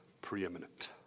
preeminent